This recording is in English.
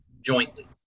jointly